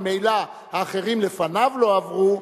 ממילא האחרים לפניו לא עברו,